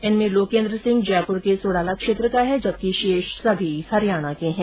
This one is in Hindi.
इनमें लोकेंद्र सिंह जयपुर के सोडाला क्षेत्र का है जबकि शेष सभी हरियाणा के हैं